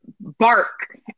bark